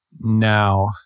now